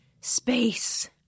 space